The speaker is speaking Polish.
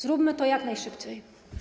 Zróbmy to jak najszybciej.